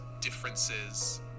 differences